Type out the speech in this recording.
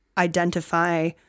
identify